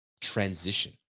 transition